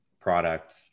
product